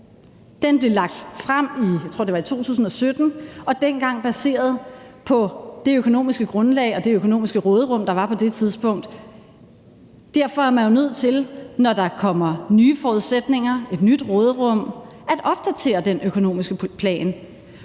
det var 2017, og var dengang baseret på det økonomiske grundlag og det økonomiske råderum, der var på det tidspunkt. Derfor er man jo nødt til, når der kommer nye forudsætninger og et nyt råderum, at opdatere den økonomiske plan,